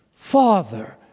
Father